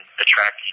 attract